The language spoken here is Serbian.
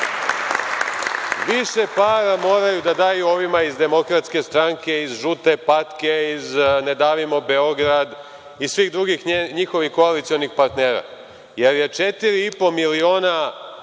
više para moraju da daju ovima iz DS, iz „Žute patke“, iz „Ne davimo Beograd“ i svih drugih njihovih koalicionih partnera, jer je 4,5 miliona